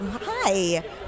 hi